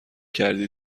کردی